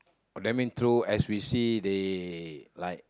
that mean throw as we see they like